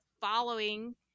following